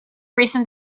recent